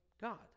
God